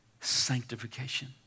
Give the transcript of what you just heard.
sanctification